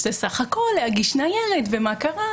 שזה "סך הכול להגיש ניירת ומה קרה"